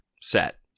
set